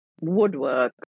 woodwork